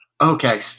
Okay